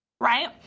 right